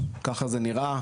ככה זה נראה,